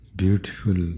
beautiful